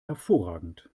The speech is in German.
hervorragend